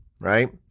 right